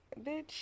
bitch